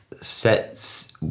sets